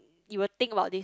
you will think about this